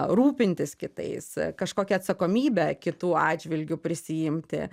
rūpintis kitais kažkokią atsakomybę kitų atžvilgiu prisiimti